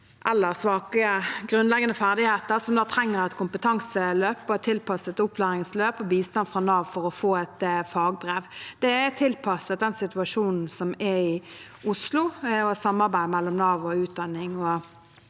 eller svake grunnleggende ferdigheter, som trenger et kompetanseløp og et tilpasset opplæringsløp og bistand fra Nav for å få et fagbrev. Det er tilpasset den situasjonen som er i Oslo, og det er et samarbeid mellom Nav og Utdanningsetaten.